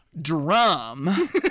Drum